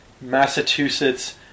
Massachusetts